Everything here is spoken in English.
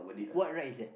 what ride is that